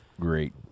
great